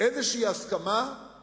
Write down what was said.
איזו הסכמה על